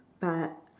but